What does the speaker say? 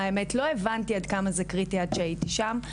לא הבנתי עד כמה זה קריטי עד שהייתי שם.